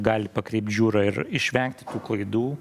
gali pakreipt žiūrą ir išvengti tų klaidų